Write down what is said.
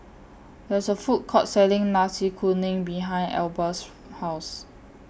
There IS A Food Court Selling Nasi Kuning behind Elba's House